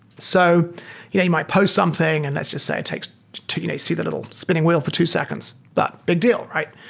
so you know you might post something and let's just say it takes you know see the little spinning wheel for two seconds. but big deal, right?